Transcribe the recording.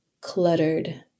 cluttered